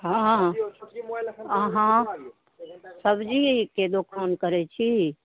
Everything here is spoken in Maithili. हँ अहाँ सबजीके दोकान करै छी